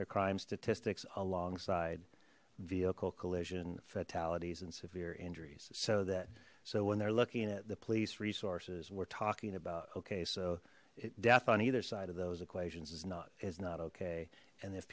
their crime statistics alongside vehicle collision fatalities and severe injuries so that so when they're looking at the police resources we're talking about okay so death on either side of those equations is not it's not okay and if